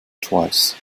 twice